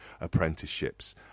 apprenticeships